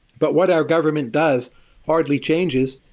but what our government does hardly changes,